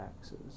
taxes